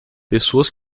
pessoas